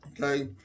Okay